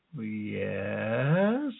yes